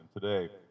today